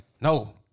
No